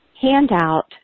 handout